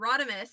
Rodimus